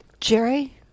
Jerry